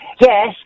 Yes